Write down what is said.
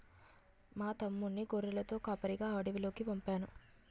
మా తమ్ముణ్ణి గొర్రెలతో కాపరిగా అడవిలోకి పంపేను